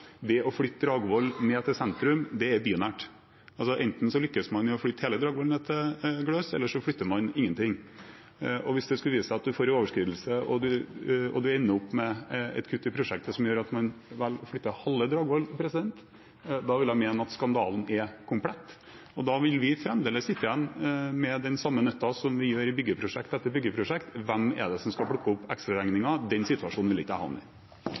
Det å flytte Dragvoll ned til sentrum er bynært. Enten lykkes man med å flytte hele Dragvoll ned til Gløshaugen, eller så flytter man ingenting. Hvis det skulle vise seg at man får en overskridelse og ender opp med et kutt i prosjektet som gjør at man flytter halve Dragvoll, vil jeg mene at skandalen er komplett, og da vil vi fremdeles sitte igjen med den samme nøtten som vi gjør i byggeprosjekt etter byggeprosjekt: Hvem er det som skal plukke opp ekstraregningen? Den situasjonen vil jeg ikke havne i.